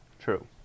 True